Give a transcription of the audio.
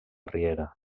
riera